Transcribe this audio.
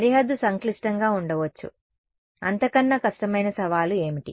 సరిహద్దు సంక్లిష్టంగా ఉండవచ్చు అంతకన్నా కష్టమైన సవాలు ఏమిటి